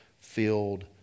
filled